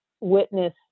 witness